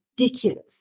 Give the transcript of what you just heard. ridiculous